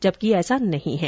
जबकि ऐसा नहीं है